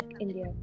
India